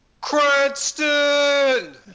cranston